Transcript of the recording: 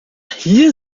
hier